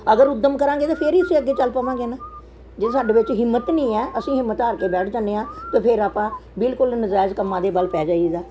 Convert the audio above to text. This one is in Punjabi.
ਅਗਰ ਉੱਦਮ ਕਰਾਂਗੇ ਤੇ ਫਿਰ ਹੀ ਅਸੀਂ ਅੱਗੇ ਚੱਲ ਪਾਵਾਂਗੇ ਨਾ ਜੇ ਸਾਡੇ ਵਿੱਚ ਹਿੰਮਤ ਨਹੀਂ ਹੈ ਅਸੀਂ ਹਿੰਮਤ ਹਾਰ ਕੇ ਬੈਠ ਜਾਂਦੇ ਆਂ ਤੇ ਫਿਰ ਆਪਾਂ ਬਿਲਕੁਲ ਨਜਾਇਜ਼ ਕੰਮਾਂ ਦੇ ਵੱਲ ਪੈ ਜਾਈਦਾ